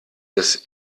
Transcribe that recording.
des